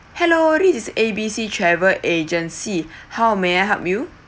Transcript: hello this is A B C travel agency how may I help you